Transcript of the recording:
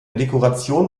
dekoration